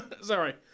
Sorry